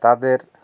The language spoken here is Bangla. তাদের